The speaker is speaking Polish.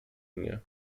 mnie